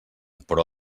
però